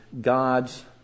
God's